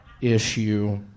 issue